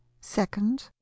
second